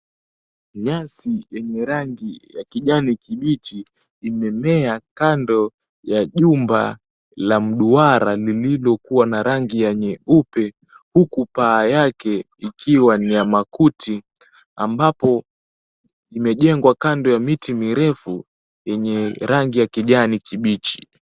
Nyasi yenye rangi ya kijani kibichi, imemea kando ya jumba la mduara, lililokua na rangi ya nyeupe, huku paa yake ikiwa ni ya makuti, ambapo imejengwa kando ya miti mirefu, yenye rangi ya kijani kibichi.